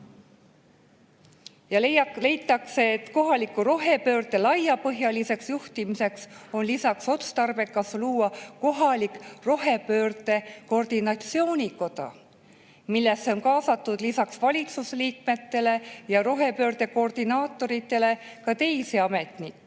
Leitakse, et kohaliku rohepöörde laiapõhjaliseks juhtimiseks on lisaks otstarbekas luua kohalik rohepöörde koordinatsioonikoda, millesse on kaasatud lisaks valitsusliikmele ja rohepöörde koordinaatorile ka teisi